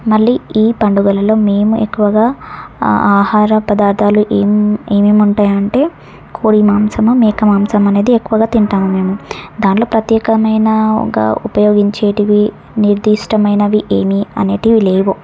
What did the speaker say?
మళ్ళీ పండుగలలో మేము ఎక్కువగా ఆహార పదార్థాలు ఏం ఏమేమి ఉంటాయి అంటే కోడి మాంసము మేక మాంసము అనేది ఎక్కువగా తింటాము మేము దాంట్లో ప్రత్యేకంగా ఒక ఉపయోగించేటివి నిర్దిష్టమైనవి ఏమీ అనేటివి లేవు